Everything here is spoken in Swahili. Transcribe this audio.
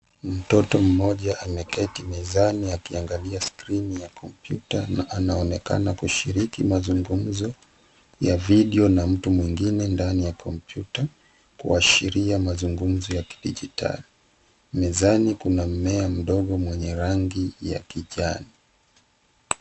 Mtoto mmoja ameketi mezani akiangalia skirini ya kompyuta na anaonekana kushiriki mazungumzo ya video na mtu mwingine ndani ya kompyuta, kuashiria mazungumzo ya kidijitali. Mezani kuna mmea mdogo, mwenye rangi ya kijani.